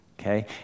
okay